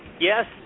Yes